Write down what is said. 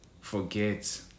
forget